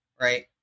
right